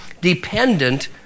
dependent